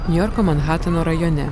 niujorko manhateno rajone